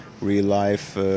real-life